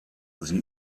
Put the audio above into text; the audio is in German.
sie